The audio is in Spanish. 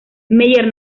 meyer